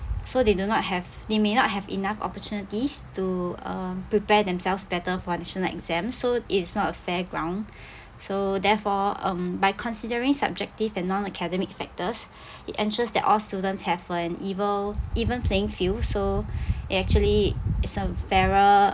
so they do not have they may not have enough opportunities to uh prepare themselves better for national exams so it's not fair ground so therefore um by considering subjective and non-academic factors it ensures that all students have an evil even playing field so it actually it sounds fairer